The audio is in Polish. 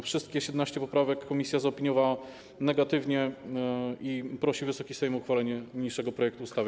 Wszystkie 17 poprawek komisja zaopiniowała negatywnie i prosi Wysoki Sejm o uchwalenie niniejszego projektu ustawy.